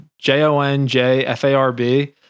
J-O-N-J-F-A-R-B